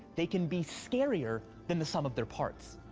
they can be scarier than the sum of their parts.